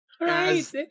right